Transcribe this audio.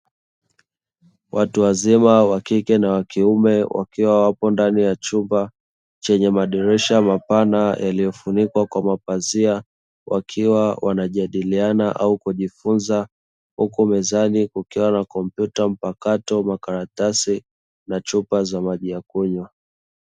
Watu wazima wa kike na wa kiume wakiwa wapo ndani ya chumba chenye madirisha mapana yaliyofunikwa kwa mapazia, wakiwa wanajadiliana au kujifunza; huku mezani kukiwa na: kompyuta mpakato, makaratasi na chupa za maji ya kunywa.